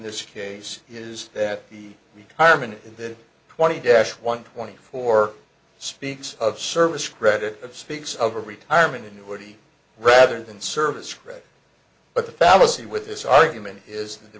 this case is that the retirement in the twenty dash one twenty four speaks of service credit of speaks of a retirement in order rather than service credit but the fallacy with this argument is that the